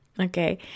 Okay